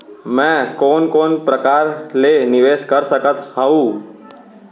मैं कोन कोन प्रकार ले निवेश कर सकत हओं?